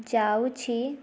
ଯାଉଛି